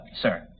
sir